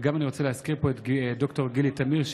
וגם אני רוצה להזכיר פה את ד"ר גילי טמיר,